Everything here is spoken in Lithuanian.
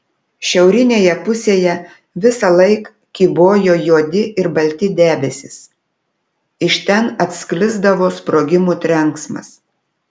šiaurinėje pusėje visąlaik kybojo juodi ir balti debesys iš ten atsklisdavo sprogimų trenksmas